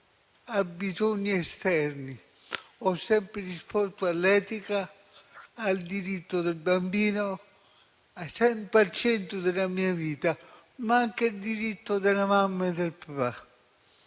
a bisogni esterni. Ho sempre risposto all'etica, al diritto del bambino, sempre al centro della mia vita, ma anche al diritto della mamma e del papà.